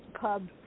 pub